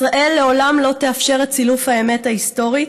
ישראל לעולם לא תאפשר את סילוף האמת ההיסטורית,